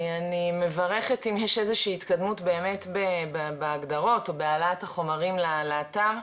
אני מברכת אם יש איזושהי התקדמות באמת בהגדרות או בהעלאת החומרים לאתר,